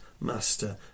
master